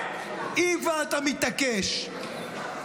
ואם כבר אתה מתעקש,